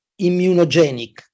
immunogenic